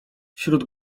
wśród